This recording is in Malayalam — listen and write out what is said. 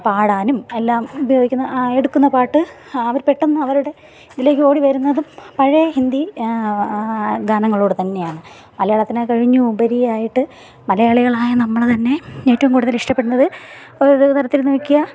പാടാനും എല്ലാം ഉപയോഗിക്കുന്ന എടുക്കുന്ന പാട്ട് അവർ പെട്ടെന്ന് അവരുടെ ഇതിലേക്ക് ഓടിവരുന്നതും പഴയ ഹിന്ദി ഗാനങ്ങളോട് തന്നെയാണ് മലയാളത്തിനെക്കഴിഞ്ഞു ഉപരിയായിട്ട് മലയാളികളായ നമ്മൾ തന്നെ ഏറ്റവും കൂടുതൽ ഇഷ്ടപ്പെടുന്നത് ഓരോതരത്തിൽ നോക്കിയാൽ